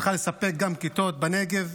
היא צריכה לספק גם כיתות בנגב.